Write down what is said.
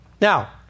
Now